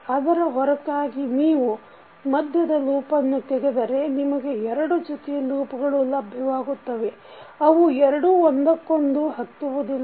ಅದರ ಹೊರತಾಗಿ ನೀವು ಮಧ್ಯದ ಲೂಪನ್ನು ತೆಗೆದರೆ ನಿಮಗೆ ಎರಡು ಜೊತೆ ಲೂಪ್ಗಳು ಲಭ್ಯವಾಗುತ್ತವೆ ಅವು ಎರಡು ಒಂದಕ್ಕೊಂದು ಹತ್ತುವುದಿಲ್ಲ